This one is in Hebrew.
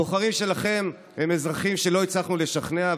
הבוחרים שלכם הם אזרחים שלא הצלחנו לשכנע,